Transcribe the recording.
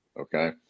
okay